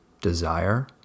desire